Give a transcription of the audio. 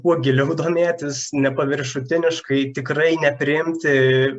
kuo giliau domėtis nepaviršutiniškai tikrai nepriimti